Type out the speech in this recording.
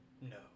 No